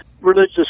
religious